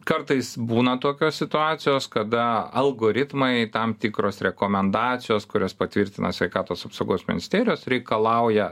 kartais būna tokios situacijos kada algoritmai tam tikros rekomendacijos kurias patvirtina sveikatos apsaugos ministerijos reikalauja